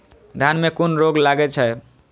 धान में कुन रोग लागे छै?